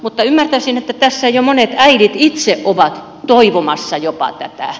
mutta ymmärtäisin että tässä jo monet äidit itse ovat toivomassa jopa tätä